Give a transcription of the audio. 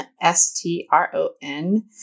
S-T-R-O-N